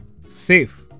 safe